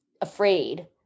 afraid